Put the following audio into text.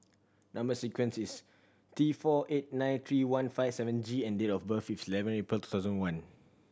number sequence is T four eight nine three one five seven G and date of birth is eleven April two thousand and one